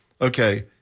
okay